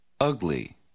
Ugly